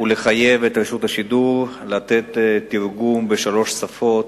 ולחייב את רשות השידור לתת תרגום בשלוש שפות: